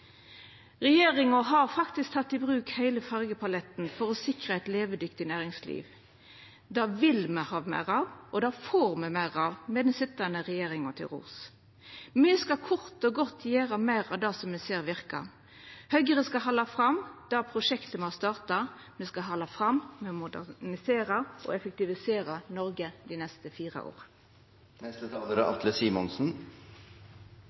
Regjeringa har faktisk teke i bruk heile fargepaletten for å sikra eit levedyktig næringsliv. Det vil me ha meir av, og det får me meir av med den sitjande regjeringa til rors. Me skal kort og godt gjera meir av det som me ser verkar. Høgre skal halda fram med det prosjektet me har starta: Me skal halda fram med å modernisera og effektivisera Noreg dei neste fire åra. Jeg er fra oljefylket Rogaland, og jeg er